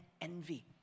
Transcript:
envy